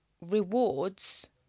rewards